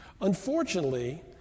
Unfortunately